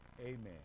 Amen